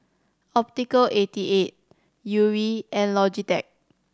Optical eighty eight Yuri and Logitech